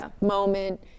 moment